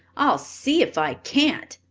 i'll see if i can't,